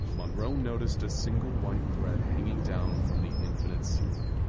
monroe noticed a single white thread hanging down from the infinite ceiling,